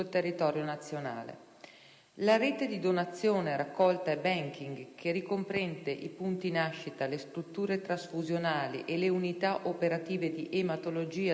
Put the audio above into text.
La rete di donazione, raccolta e *banking*, che ricomprende i punti nascita, le strutture trasfusionali e le unità operative di ematologia dove risiedono le banche,